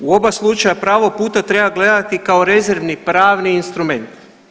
U oba slučaja pravo puta treba gledati kao rezervni pravni instrument.